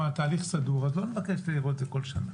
תהליך סדור אז לא נבקש לראות את זה כל שנה.